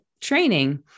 training